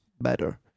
better